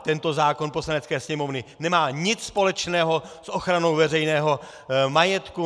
Tento zákon Poslanecké sněmovny nemá nic společného s ochranou veřejného majetku.